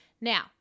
Now